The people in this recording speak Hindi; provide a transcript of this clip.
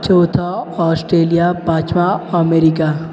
चौथा ऑस्ट्रेलिया पाँचवा अमेरिका